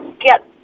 get